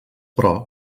però